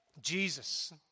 Jesus